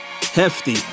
Hefty